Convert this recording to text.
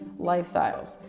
lifestyles